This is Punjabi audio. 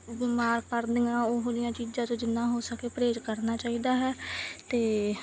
ਬਿਮਾਰ ਕਰਦੀਆਂ ਉਹੋ ਜਿਹੀਆਂ ਚੀਜ਼ਾਂ ਤੋਂ ਜਿੰਨਾ ਹੋ ਸਕੇ ਪਰਹੇਜ਼ ਕਰਨਾ ਚਾਹੀਦਾ ਹੈ ਅਤੇ